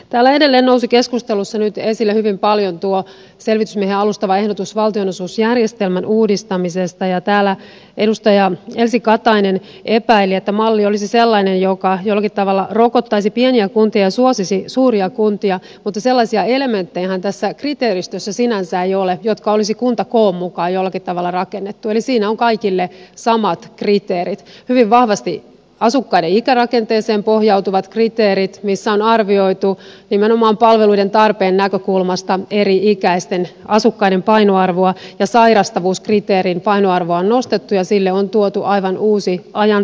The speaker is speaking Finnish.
täällä edelleen nousi keskustelussa nyt esille hyvin paljon tuo selvitysmiehen alustava ehdotus valtionosuusjärjestelmän uudistamisesta ja täällä edustaja elsi katainen epäili että malli olisi sellainen joka jollakin tavalla rokottaisi pieniä kuntia ja suosisi suuria kuntia mutta tässä kriteeristössähän sinänsä ei ole sellaisia elementtejä jotka olisi jollakin tavalla kuntakoon mukaan rakennettu eli siinä on kaikille samat hyvin vahvasti asukkaiden ikärakenteeseen pohjautuvat kriteerit joissa on arvioitu nimenomaan palveluiden tarpeen näkökulmasta eri ikäisten asukkaiden painoarvoa ja sairastavuuskriteerin painoarvoa on nostettu ja sille on tuotu aivan uusi ajantasainen sisältö